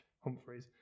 Humphreys